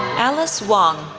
alice wang,